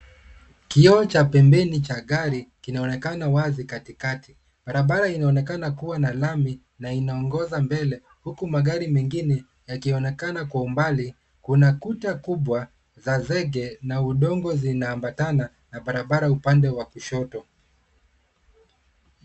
Kioo cha pembeni cha gari kinaonekana wazi katikati. Barabara inaonekana kuwa na lami na inaongoza mbele, huku magari mengine yakionekana kwa umbali. Kuna kuta kubwa za zege na udongo zinazopakana na barabara upande wa kushoto.